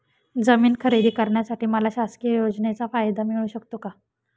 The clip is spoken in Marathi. जमीन खरेदी करण्यासाठी मला शासकीय योजनेचा फायदा मिळू शकतो का?